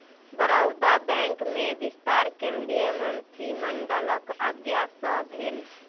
Baroda bank में विस्तार केंद्रीय मंत्रिमंडलक आज्ञा सँ भेल